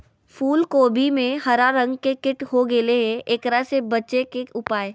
फूल कोबी में हरा रंग के कीट हो गेलै हैं, एकरा से बचे के उपाय?